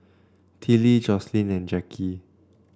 Tillie Joslyn and Jackie